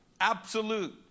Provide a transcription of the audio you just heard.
absolute